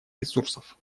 ресурсов